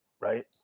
Right